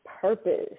purpose